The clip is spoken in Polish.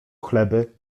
chleby